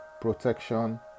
protection